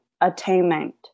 attainment